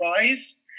wise